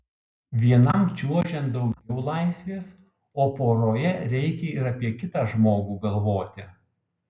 vienam čiuožiant daugiau laisvės o poroje reikia ir apie kitą žmogų galvoti